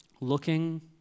looking